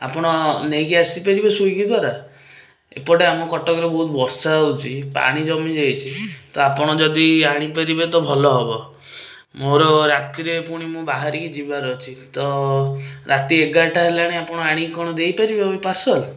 ଆପଣ ନେଇକି ଆସିପାରିବେ ସ୍ୱିଗୀ ଦ୍ୱାରା ଏପଟେ ଆମ କଟକରେ ବହୁତ ବର୍ଷା ହେଉଛି ପାଣି ଜମିଯାଇଛି ତ ଆପଣ ଯଦି ଆଣିପାରିବେ ତ ଭଲ ହବ ମୋର ରାତିରେ ପୁଣି ମୁଁ ବାହାରିକି ଯିବାର ଅଛି ତ ରାତି ଏଗାରଟା ହେଲାଣି ଆପଣ କ'ଣ ଆଣିକି ଦେଇ ପାରିବେ ପାର୍ସଲ